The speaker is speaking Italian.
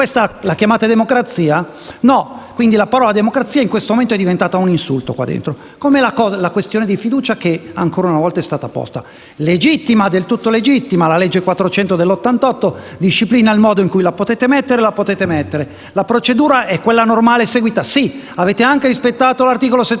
La parola democrazia in questo momento è diventata un insulto qua dentro, come la questione di fiducia che ancora una volta è stata posta. Del tutto legittima: la legge n. 400 del 1988 disciplina il modo in cui la potete porre, e di fatto la ponete. La procedura seguita è quella normale? Sì, avete anche rispettato l'articolo 72